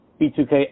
B2K